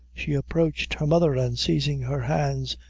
she approached her mother, and, seizing her hands,